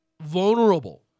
vulnerable